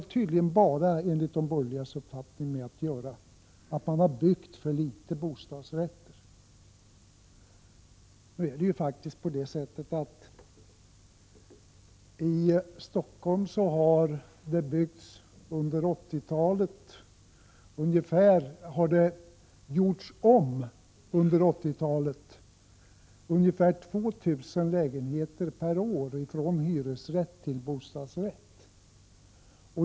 Det har enligt de borgerligas uppfattning bara att göra med att man har byggt för litet bostadsrättslägenheter. I Stockholm har det faktiskt under 1980-talet gjorts om ungefär 2 000 lägenheter per år från hyresrätt till bostadsrätt.